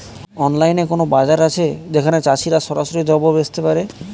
অনলাইনে কোনো বাজার আছে যেখানে চাষিরা সরাসরি দ্রব্য বেচতে পারে?